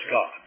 God